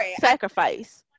sacrifice